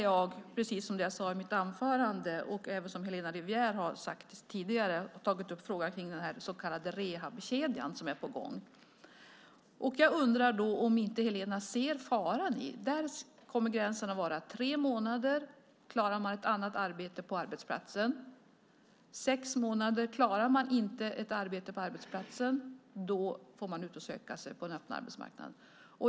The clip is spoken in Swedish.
Jag tog i mitt anförande upp frågan om den så kallade rehabkedjan som är på gång. Det kommer att innebära att man måste klara en tremånadersgräns för annat arbete på arbetsplatsen. Om man inte klarar sex månader på arbetsplatsen får man söka sig ut på den öppna arbetsmarknaden.